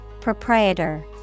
Proprietor